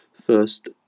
first